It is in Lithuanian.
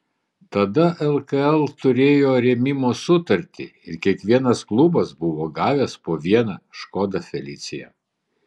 tada lkl turėjo rėmimo sutartį ir kiekvienas klubas buvo gavęs po vieną škoda felicia